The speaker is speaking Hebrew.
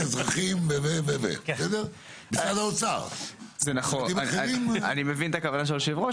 אזרחים --- אני מבין את הכוונה של היושב-ראש,